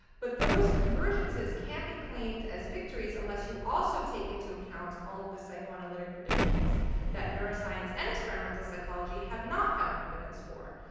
but those convergences can't be claimed as victories unless you also take into account all of the psychoanalytic predictions predictions that neuroscience and experimental psychology have not found evidence for.